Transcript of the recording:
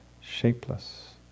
shapeless